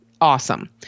awesome